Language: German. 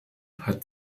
hat